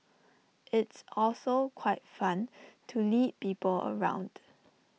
it's also quite fun to lead people around